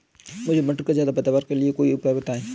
मुझे मटर के ज्यादा पैदावार के लिए कोई उपाय बताए?